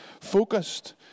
focused